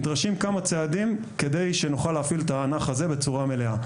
נדרשים כמה צעדים כדי שנוכל להפעיל בצורה מלאה.